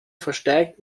verstärkt